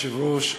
אדוני היושב-ראש,